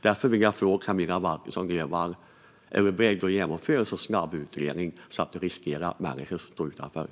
Därför vill jag fråga Camilla Waltersson Grönvall om hon är beredd att genomföra en så snabb utredning att det riskerar att människor får stå utan hjälp.